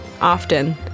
often